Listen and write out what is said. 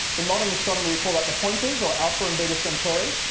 in modern astronomy we call that the pointers or alpha and beta centauri,